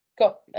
Got